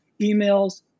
emails